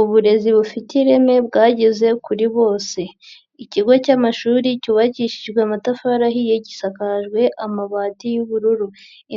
Uburezi bufite ireme bwageze kuri bose, ikigo cy'amashuri cyubakishijwe amatafari ahiye, gisakajwe amabati y'ubururu,